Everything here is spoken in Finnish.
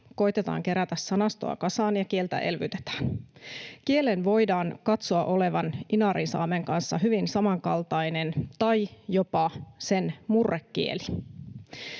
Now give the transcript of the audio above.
koetetaan kerätä sanastoa kasaan ja kieltä elvytetään. Kielen voidaan katsoa olevan inarinsaamen kanssa hyvin samankaltainen tai jopa sen murrekieli.